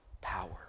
power